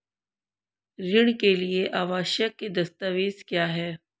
ऋण के लिए आवश्यक दस्तावेज क्या हैं?